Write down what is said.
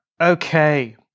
Okay